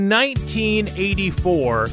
1984